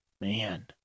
Man